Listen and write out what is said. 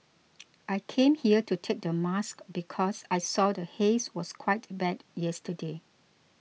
I came here to take the mask because I saw the haze was quite bad yesterday